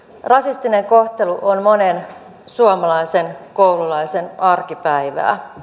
rasistinen kohtelu on monen suomalaisen koululaisen arkipäivää